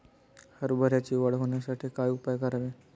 हरभऱ्याची वाढ होण्यासाठी काय उपाय करावे?